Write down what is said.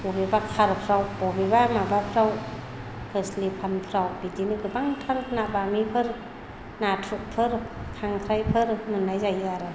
बबेबा खारफ्राव बबेबा माबाफ्राव खोस्लिफानफ्राव बिदिनो गोबांथार ना बामिफोर नाथुरफोर खांख्राइफोर मोननाय जायो आरो